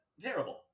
terrible